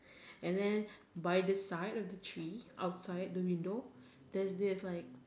and then by the side of the tree outside the window there's this like